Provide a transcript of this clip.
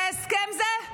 זה הסכם זה?